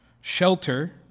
shelter